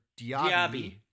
Diaby